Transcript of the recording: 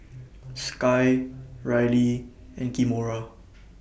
Sky Rylie and Kimora